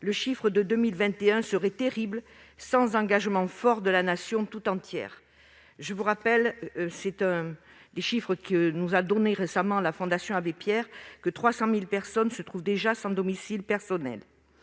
Le chiffre de 2021 sera terrible sans engagement fort de la Nation tout entière. Je vous rappelle cet autre chiffre que nous a donné récemment la Fondation Abbé Pierre : 300 000 personnes se trouvent déjà sans domicile personnel.